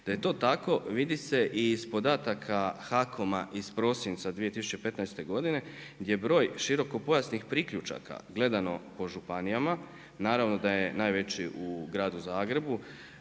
Da je to tako vidi se i iz podataka HAKOM-a iz prosinca 2015. godine gdje broj širokopojasnih priključaka gledano po županijama, naravno da je najveći u gradu Zagrebu